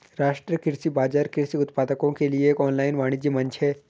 राष्ट्रीय कृषि बाजार कृषि उत्पादों के लिए एक ऑनलाइन वाणिज्य मंच है